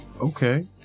okay